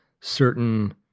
certain